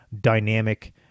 dynamic